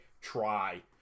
try